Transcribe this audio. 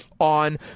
On